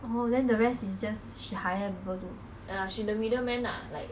oh then the rest is just she hire people to